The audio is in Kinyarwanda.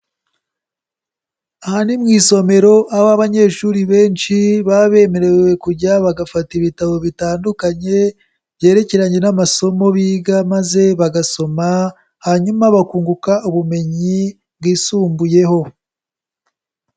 Aha ni mu isomero aho abanyeshuri benshi baba bemerewe kujya bagafata ibitabo bitandukanye byerekeranye n'amasomo biga maze bagasoma, hanyuma bakunguka ubumenyi bwisumbuyeho.